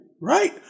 Right